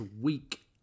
week